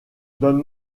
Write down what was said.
donne